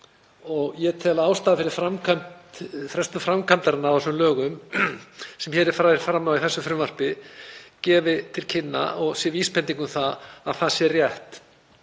Ég tel að ástæðan fyrir frestun framkvæmdarinnar á þeim lögum sem hér er farið fram á í þessu frumvarpi gefi til kynna og sé vísbending um að það sé rétt.